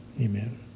Amen